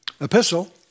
epistle